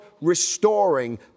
restoring